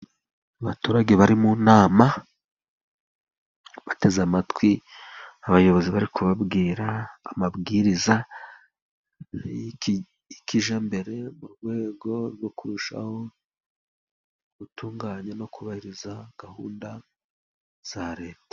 Abaturage bari mu nama bateze amatwi abayobozi, bari kubabwira amabwiriza y'ikijyambere mu rwego rwo kurushaho gutunganya no kubahiriza gahunda za Leta.